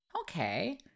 Okay